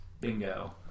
Bingo